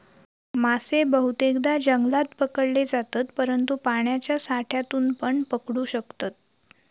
मासे बहुतेकदां जंगलात पकडले जातत, परंतु पाण्याच्या साठ्यातूनपण पकडू शकतत